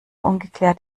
ungeklärt